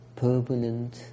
permanent